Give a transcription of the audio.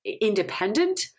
independent